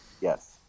Yes